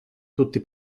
tutti